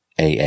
AA